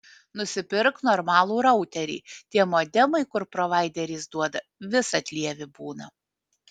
nusipirk normalų routerį tie modemai kur provaideris duoda visad lievi būna